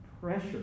pressure